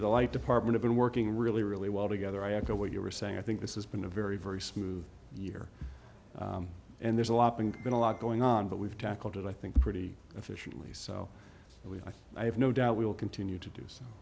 the light department been working really really well together i add to what you were saying i think this has been a very very smooth year and there's a lot been a lot going on but we've tackled it i think pretty efficiently so we have no doubt we will continue to do so